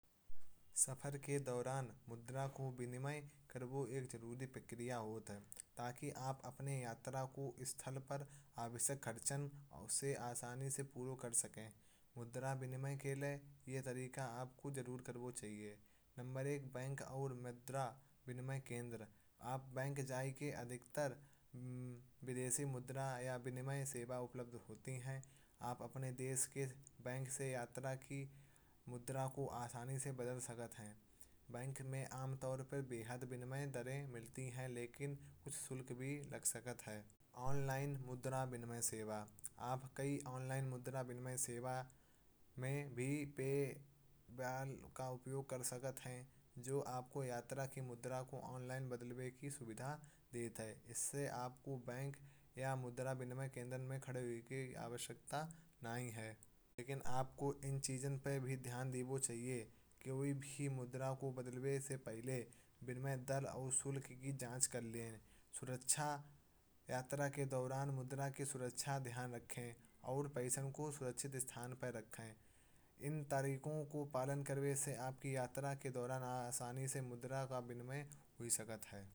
सफ़र के दौरान मुद्रा को विनिमय करो एक ज़रूरी प्रक्रिया होती है। ताकि आप अपनी यात्रा को स्थल पर आवश्यक खर्च उसे आसानी से पूरा कर सकें। मुद्रा विनिमय के लिए ये तरीका आपको ज़रूर करना चाहिए। नंबर एक बैंक और मुद्रा विनिमय केंद्र आता। बैंक चाय की अधिकतर विदेशी मुद्रा या विनिमय सेवाएं उपलब्ध होती हैं। आप अपने देश के बैंक से यात्रा की मुद्रा को आसानी से बदल सकते हैं। बैंक में आमतौर पर बेहद विनिमय दरें मिलती हैं। लेकिन कुछ शुल्क भी लग सकता है ऑनलाइन मुद्रा विनिमय सेवा। आप कई ऑनलाइन मुद्रा विनिमय सेवा में भी पेबल का उपयोग कर सकते हैं। जो आपको यात्रा की मुद्रा को ऑनलाइन बदलने की सुविधा देते हैं। इससे आपको बैंक या मुद्रा विनिमय केंद्र में खड़े होने की आवश्यकता नहीं है। लेकिन आपको इन चीज़ों पर भी ध्यान देना चाहिए। कोई भी मुद्रा को बदलने से पहले विनिमय दाल और शुल्क की जाँच कर लें। सुरक्षा यात्रा के दौरान मुद्रा की सुरक्षा ध्यान रखें और परिसर को सुरक्षित स्थान पर रखें। इन तारीखों का पालन करने से आपकी यात्रा के दौरान आसानी से मुद्रा का विनिमय हुई सकती है।